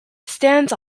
stands